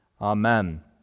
amen